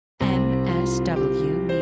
MSW